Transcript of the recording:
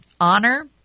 Honor